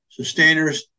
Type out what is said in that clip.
sustainers